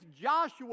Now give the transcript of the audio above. Joshua